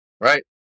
right